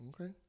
Okay